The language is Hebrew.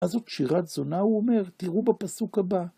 אז זו שירת זונה הוא אומר, תראו בפסוק הבא.